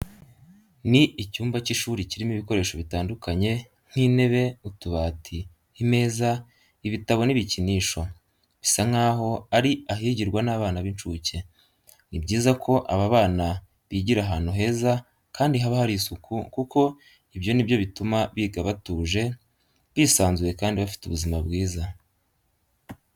Ni icyumba cy'ishuri kirimo ibikoresho bitandukanye nk'intebe, utubati, imeza, ibitabo n'ibikinisho, bisa nkaho ari ahigirwa n'abana b'incuke. Ni byiza ko aba bana bigira ahantu heza kandi haba hari isuku kuko ibyo ni byo bituma biga batuje, bisanzuye kandi bafite ubuzima bwiza.